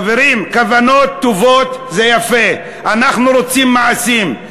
חברים, כוונות טובות זה יפה, אנחנו רוצים מעשים.